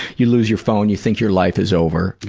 you lose your phone, you think your life is over,